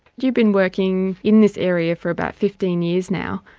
you've been working in this area for about fifteen years now.